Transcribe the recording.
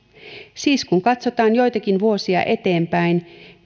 siis kun katsotaan joitakin vuosia eteenpäin